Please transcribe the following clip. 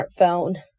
smartphone